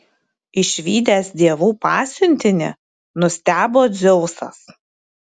išvydęs dievų pasiuntinį nustebo dzeusas